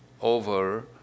over